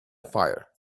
fire